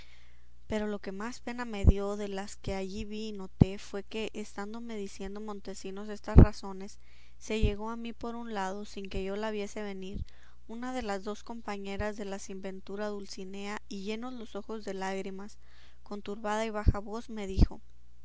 pero lo que más pena me dio de las que allí vi y noté fue que estándome diciendo montesinos estas razones se llegó a mí por un lado sin que yo la viese venir una de las dos compañeras de la sin ventura dulcinea y llenos los ojos de lágrimas con turbada y baja voz me dijo